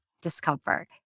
discomfort